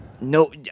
no